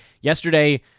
Yesterday